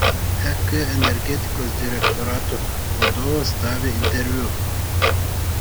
ek energetikos direktorato vadovas davė interviu